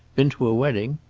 been to a wedding?